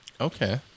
Okay